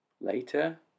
Later